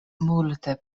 multe